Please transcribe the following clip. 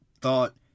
thought